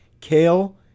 kale